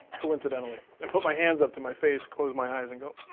coincidentally, and put my hands up to my face, close my eyes and go